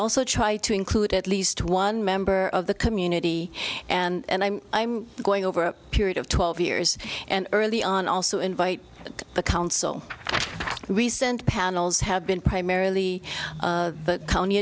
also try to include at least one member of the community and i'm i'm going over a period of twelve years and early on also invite the council recent panels have been primarily